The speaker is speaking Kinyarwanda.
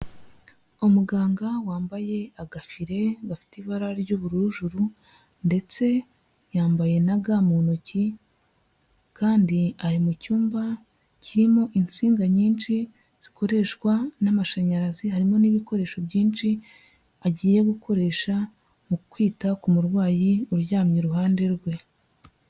Umuganga wambaye agafire gafite ibara ry'ubururujuru ndetse yambaye na ga mu ntoki kandi ari mu cyumba kirimo insinga nyinshi zikoreshwa n'amashanyarazi harimo n'ibikoresho byinshi agiye gukoresha mu kwita ku murwayi uryamye iruhande rwe.